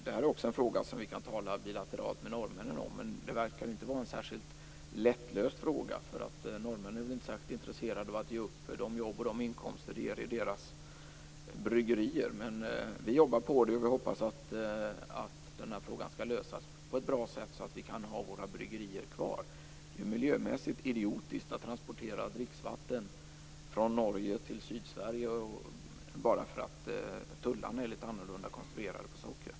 Det här är en fråga som vi kan tala bilateralt med norrmännen om, men det verkar inte vara någon särskilt lättlöst fråga. Norrmännen är inte särskilt intresserade av ge upp de jobb och inkomster som detta ger deras bryggerier. Men vi jobbar på och hoppas att frågan skall lösas på ett bra sätt, så att vi kan ha våra bryggerier kvar. Det är miljömässigt idiotiskt att transportera dricksvatten från Norge till Sydsverige bara därför att tullarna på sockret är lite annorlunda konstruerade.